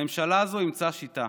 הממשלה הזו אימצה שיטה.